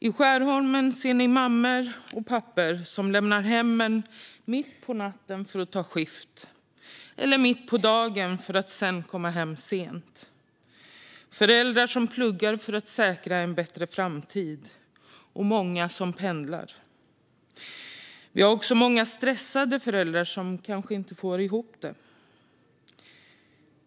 I Skärholmen ser ni mammor och pappor som lämnar hemmen mitt på natten för att ta skift eller mitt på dagen för att sedan komma hem sent. Ni ser föräldrar som pluggar för att säkra en bättre framtid. Det är många som pendlar. Det finns också många stressade föräldrar som kanske inte får ihop det.